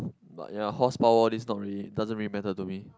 but their horsepower is not really doesn't really matter to me